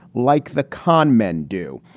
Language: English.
like the con men do.